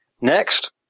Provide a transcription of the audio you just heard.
Next